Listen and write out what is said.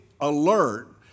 alert